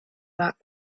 back